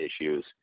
issues